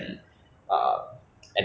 没有 lah 其是很难 ah 因为